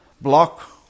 block